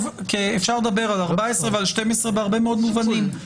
אפשר לדבר על 14 ועל 12 בהרבה מאוד מובנים.